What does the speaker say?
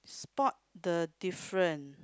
spot the difference